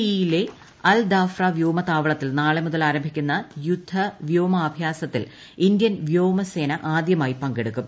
E യിലെ Al Dhafra വ്യോമത്താവളത്തിൽ നാളെ മുതൽ ആരംഭിക്കുന്ന യുദ്ധ വ്യോമാഭ്യാസത്തിൽ ഇന്ത്യൻ വ്യോമസേന ആദ്യമായി പങ്കെടുക്കും